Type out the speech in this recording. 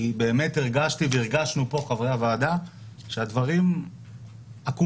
כי באמת הרגשתי והרגשנו פה חברי הוועדה שהדברים עקומים